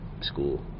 school